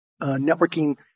networking